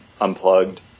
Unplugged